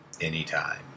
anytime